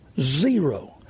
zero